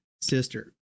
sister